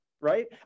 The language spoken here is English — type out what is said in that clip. right